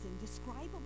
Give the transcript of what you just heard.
indescribable